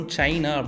China